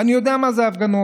ואני יודע מה זה הפגנות.